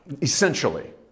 Essentially